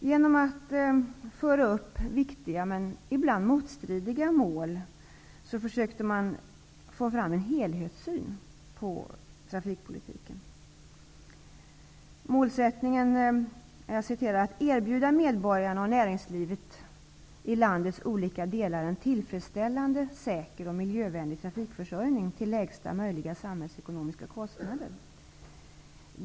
Genom att föra fram viktiga, men ibland motstridiga, mål försökte man få fram en helhetssyn på trafikpolitiken. Målet var att erbjuda medborgarna och näringslivet i landets olika delar en tillfredsställande, säker och miljövänlig trafikförsörjning till lägsta möjliga samhällsekonomiska kostnader.